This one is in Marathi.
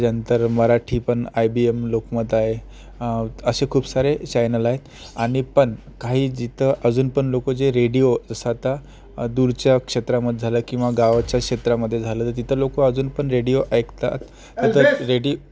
त्याच्यानंतर मराठी पण आय बी एम लोकमत आहे असे खूप सारे चॅनल आहेत आणि पण काही जिथं अजून पण लोक जे रेडिओ जसं आता दूरच्या क्षेत्रामध्ये झालं किंवा गावाच्या क्षेत्रामध्ये झालं तर तिथं लोक अजून पण रेडिओ ऐकतात तर ते रेडी